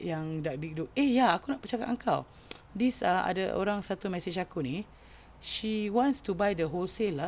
yang eh ya aku nak bercakap dengan kau this uh ada orang satu message aku ni she wants to buy the wholesale ah